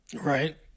Right